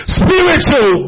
spiritual